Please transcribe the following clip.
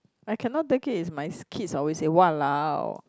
I cannot take it is my kids always say !walao!